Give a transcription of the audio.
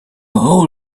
whole